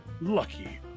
lucky